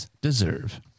Deserve